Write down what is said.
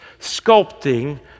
sculpting